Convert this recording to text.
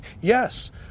Yes